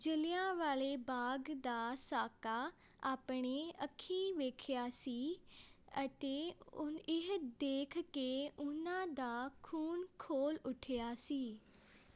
ਜਲ੍ਹਿਆਂਵਾਲੇ ਬਾਗ ਦਾ ਸਾਕਾ ਆਪਣੇ ਅੱਖੀ ਵੇਖਿਆ ਸੀ ਅਤੇ ਉਹ ਇਹ ਦੇਖ ਕੇ ਉਹਨਾਂ ਦਾ ਖੂਨ ਖੋਲ ਉੱਠਿਆ ਸੀ